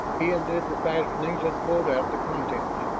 he undid the fastenings and pulled out the contents.